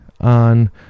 on